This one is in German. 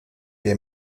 der